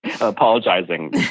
apologizing